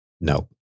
No